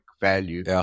value